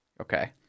Okay